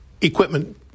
Equipment